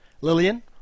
Lillian